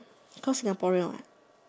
cause Singaporean what